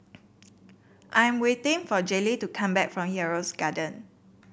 I'm waiting for Jayleen to come back from Yarrow Gardens